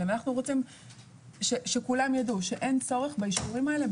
ואנחנו רוצים שכולם ידעו שאין צורך באישורים האלה,